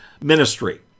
ministry